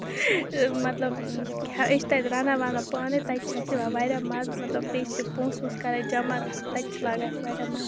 مَطلَب أسۍ چھِ تَتہِ رَنان ونان پانے تَتہِ چھِ اَسہِ واریاہ مَزٕ مَطلَب بیٚیہِ چھِ پۅنٛسہٕ وٲنٛسہٕ کَران جَمع تَتہِ چھِ لگان اَسہِ واریاہ مَزٕ